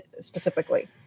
specifically